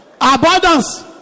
abundance